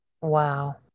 wow